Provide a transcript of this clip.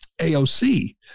AOC